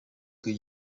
iki